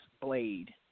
Blade